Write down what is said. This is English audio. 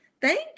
Thank